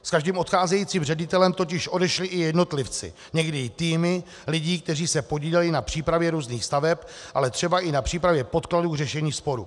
S každým odcházejícím ředitelem totiž odešli i jednotlivci, někdy i týmy, lidé, kteří se podíleli na přípravě různých staveb, ale třeba i na přípravě podkladů řešení sporů.